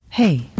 Hey